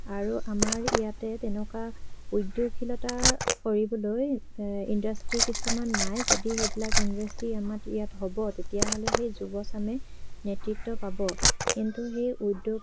আৰু আমাৰ ইয়াতে তেনেকুৱা উদ্যোগশীলতা কৰিবলৈ ইণ্ডাষ্ট্ৰী কিছুমান নাই যদি সেইবিলাক ইণ্ডাষ্ট্ৰী আমাৰ ইয়াত হ'ব তেতিয়াহ'লে সেই যুৱ চামে নেতৃত্ব পাব কিন্তু সেই উদ্যোগ